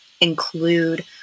include